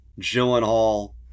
Gyllenhaal